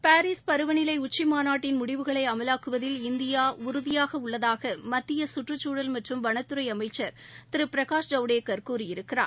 Paris பருவநிலை உச்சி மாநாட்டின் முடிவுகளை அமலாக்குவதில் இந்தியா உறுதியாக உள்ளதாக மத்திய சுற்றுச்சூழல் மற்றும் வனத்துறை அமைச்சர் திரு பிரகாஷ் ஐவ்டேகர் கூறியிருக்கிறார்